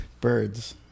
Birds